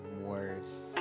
worse